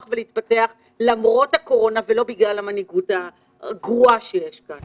ולהתפתח למרות הקורונה ולא בגלל המנהיגות הגרועה שיש כאן,